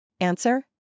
Answer